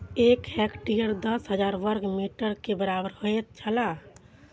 एक हेक्टेयर दस हजार वर्ग मीटर के बराबर होयत छला